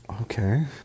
Okay